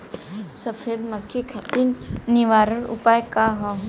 सफेद मक्खी खातिर निवारक उपाय का ह?